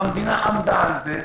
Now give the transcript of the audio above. והמדינה עמדה על זה,